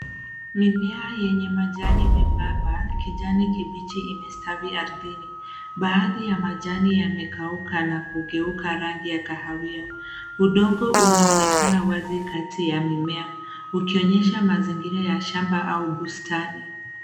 Mimea yenye majani membamba ya kijani kibichi imestawi ardhini. Baadhi ya majani yamekauka na kugeuka rangi ya kahawia. Udongo unaonekana wazi kati ya mimea, ukionyesha mazingira ya shamba au bustani.